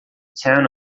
town